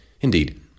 Indeed